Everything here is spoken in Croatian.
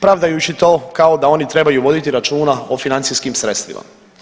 Pravdajući to kao da oni trebaju voditi računa o financijskim sredstvima.